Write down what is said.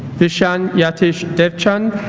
vishaan yatish devchand